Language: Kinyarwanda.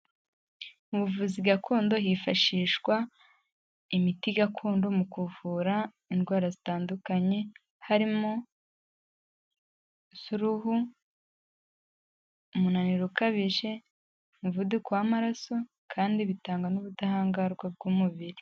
Mu buvuzi gakondo hifashishwa imiti gakondo mu kuvura indwara zitandukanye, harimo iz'uruhu, umunaniro ukabije, umuvuduko w'amaraso, kandi bitanga n'ubudahangarwa bw'umubiri.